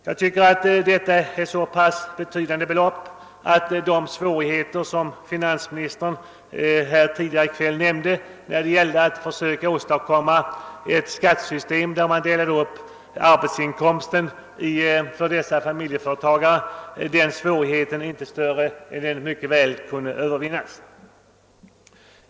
Jag tycker att detta är så pass betydande belopp att de svårigheter finansministern anfört för att åstadkomma ett skattesystem med delad arbetsinkomst för makar i ett familjeföretag borde kunna övervinnas.